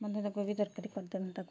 ବନ୍ଧା ତକ କୋବି ତରକାରୀ କରିଦେନୁ ତାକୁ